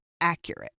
accurate